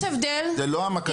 יש הבדל --- זו לא העמקת הפרטה.